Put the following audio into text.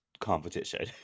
competition